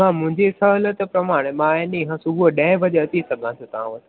त मुंहिंजी सहुलियतु कमु हाणे मां ऐं ॾींहुं खां सुबुहु ॾह वजे अची सघां थो तव्हां वटि